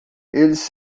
eles